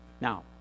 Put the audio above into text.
Now